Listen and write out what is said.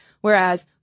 Whereas